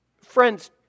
Friends